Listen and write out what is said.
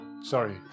Sorry